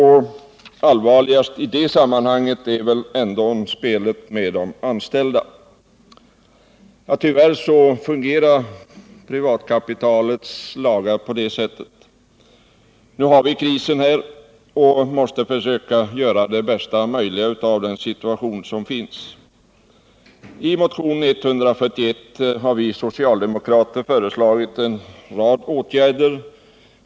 Allvarligast i det sammanhanget är väl ändå spelet med de anställda. Tyvärr fungerar privatkapitalets lagar på det sättet. Nu har vi krisen här, och vi måste försöka göra det bästa möjliga av situationen. I motionen 141 har vi socialdemokrater föreslagit en rad åtgärder.